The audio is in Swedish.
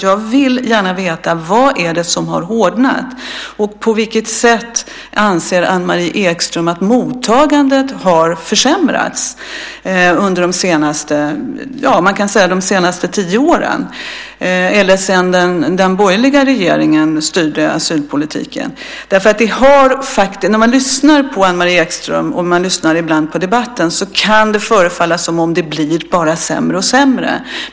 Jag vill gärna veta: Vad är det som har hårdnat? På vilket sätt anser Anne-Marie Ekström att mottagandet har försämrats under de senaste tio åren, eller sedan den borgerliga regeringen styrde asylpolitiken? När man lyssnar på Anne-Marie Ekström och ibland när man lyssnar på debatten kan det förefalla som om det bara blir sämre och sämre.